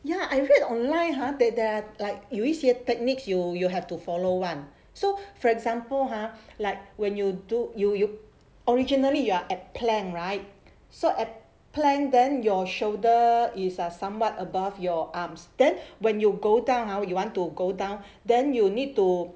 ya I read online ha that that like 有一些 techniques you you have to follow one so for example !huh! like when you do you you originally you are at plank right so at plank then your shoulder is somewhat above your arms then when you go down ah you want to go down then you need to